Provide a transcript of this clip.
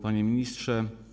Panie Ministrze!